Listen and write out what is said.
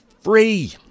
free